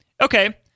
Okay